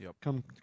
come